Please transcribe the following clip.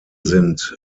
sind